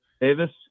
Davis